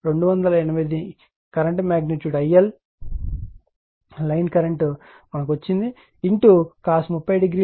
కాబట్టి P1 208 current magnitude IL line current మనకి వచ్చింది cos 30 o 36